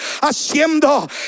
haciendo